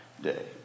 day